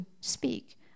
speak